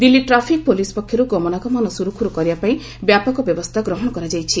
Delhi traffic police ପକ୍ଷରୁ ଗମନାଗମନ ସୁରୁଖୁର କରିବା ପାଇଁ ବ୍ୟାପକ ବ୍ୟବସ୍ଥା କରାଯାଇଛି